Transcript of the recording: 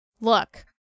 Look